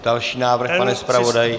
Další návrh, pane zpravodaji.